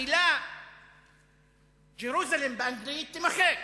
המלה Jerusalem באנגלית, תימחק.